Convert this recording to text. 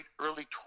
early